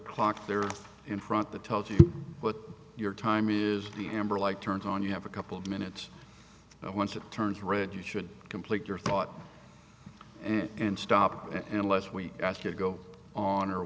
clock there in front that tells you what your time is the amber like turned on you have a couple of minutes and once it turns red you should complete your thought and stop unless we ask you to go on or